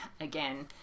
again